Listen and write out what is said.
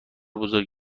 بزرگ